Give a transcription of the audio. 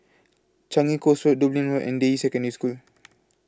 Changi Coast Road Dublin Road and Deyi Secondary School